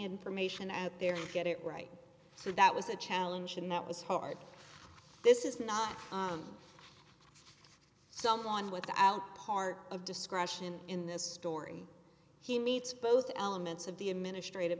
information out there get it right so that was a challenge and that was hard this is not someone without part of discretion in this story he meets both elements of the administrat